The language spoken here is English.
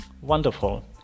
Wonderful